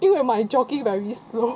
因为 my jogging very slow